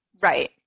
right